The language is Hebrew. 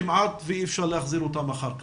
כמעט ואי אפשר להחזיר אותם אחר כך.